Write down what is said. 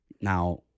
Now